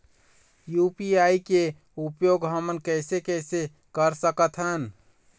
UPI के उपयोग हमन कैसे कैसे कर सकत हन?